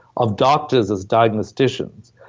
of doctors as diagnosticians.